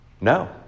No